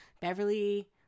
Beverly